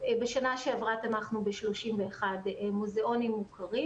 בשנה שעברה תמכנו ב-31 מוזיאונים מוכרים,